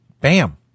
Bam